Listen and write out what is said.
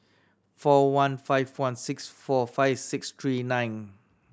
four one five one six four five six three nine